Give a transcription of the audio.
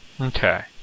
Okay